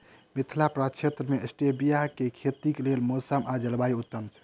मिथिला प्रक्षेत्र मे स्टीबिया केँ खेतीक लेल मौसम आ जलवायु उत्तम छै?